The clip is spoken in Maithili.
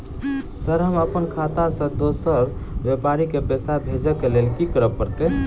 सर हम अप्पन खाता सऽ दोसर व्यापारी केँ पैसा भेजक लेल की करऽ पड़तै?